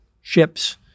ships